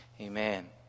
Amen